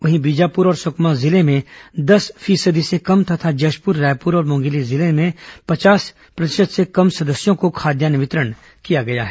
वहीं बीजापुर और सुकमा जिले में दस प्रतिशत से कम तथा जशपुर रायपुर और मुंगेली जिले में पचास प्रतिशत से कम सदस्यों को खाद्यान्न वितरण किया गया है